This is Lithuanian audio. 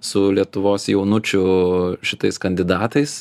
su lietuvos jaunučių šitais kandidatais